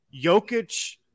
Jokic